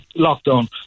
Lockdown